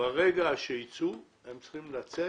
ברגע שייצאו הם צריכים לצאת